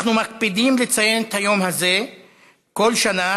אנחנו מקפידים לציין את היום הזה בכל שנה,